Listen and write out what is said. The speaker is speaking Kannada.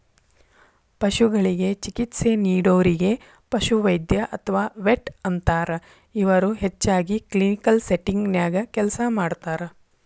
ಪಶುಗಳಿಗೆ ಚಿಕಿತ್ಸೆ ನೇಡೋರಿಗೆ ಪಶುವೈದ್ಯ ಅತ್ವಾ ವೆಟ್ ಅಂತಾರ, ಇವರು ಹೆಚ್ಚಾಗಿ ಕ್ಲಿನಿಕಲ್ ಸೆಟ್ಟಿಂಗ್ ನ್ಯಾಗ ಕೆಲಸ ಮಾಡ್ತಾರ